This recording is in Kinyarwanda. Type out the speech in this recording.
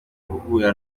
guhura